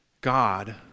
God